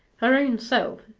her own self,